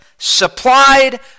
supplied